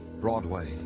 Broadway